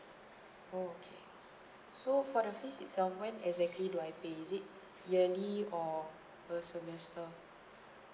okay so for the fees itself when exactly do I pay is it yearly or per semester